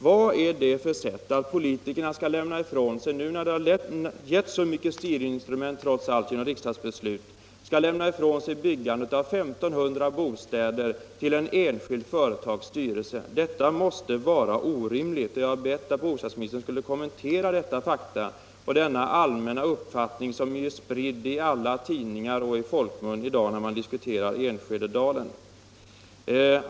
Vad är det för sätt att politikerna nu, när det genom riksdagsbeslut har skapats så många styrinstrument, skall lämna ifrån sig byggandet av 1500 bostäder till ett enskilt företags styrelse? Detta måste vara orimligt, och jag har bett att bostadsministern skulle kommentera detta faktum och den allmänna uppfattning som är spridd i alla tidningar och i folkmun när man i dag diskuterar Enskededalen.